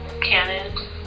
canon